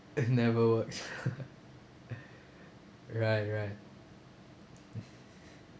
it never works right right